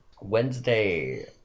Wednesday